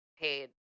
paid